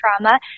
trauma